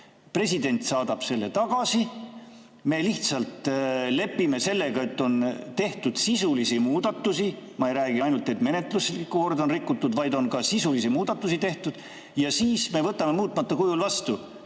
president saadab selle tagasi. Me lihtsalt lepime sellega, et on tehtud sisulisi muudatusi. Ma ei räägi, et ainult menetluslikku korda on rikutud, vaid on ka sisulisi muudatusi tehtud, ja siis me võtame muutmata kujul vastu